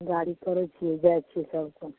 गाड़ी करैत छियै जाइ छियै सब केओ